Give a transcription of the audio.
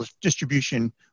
distribution